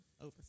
over